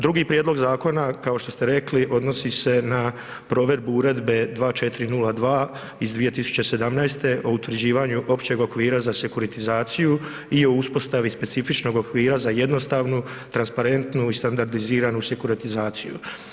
Drugi prijedlog zakona, kao što ste rekli, odnosi se na provedbu Uredbe 2402 iz 2017. o utvrđivanju općeg okvira za sekuritizaciju i o uspostavi specifičnog okvira za jednostavnu, transparentnu i standardiziranu sekuritizaciju.